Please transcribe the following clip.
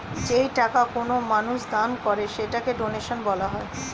যেই টাকা কোনো মানুষ দান করে সেটাকে ডোনেশন বলা হয়